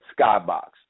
Skybox